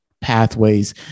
pathways